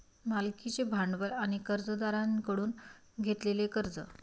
मालकीचे भांडवल आणि कर्जदारांकडून घेतलेले कर्ज